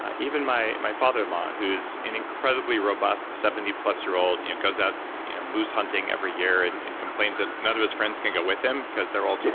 ah even my my father-in-law who's an incredibly robust, seventy plus year old, he you know goes out you know moose hunting every year and and complains that none of his friends can go with him because they're all too